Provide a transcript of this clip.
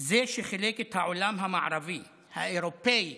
שחילק את העולם המערבי, האירופי,